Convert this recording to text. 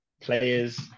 players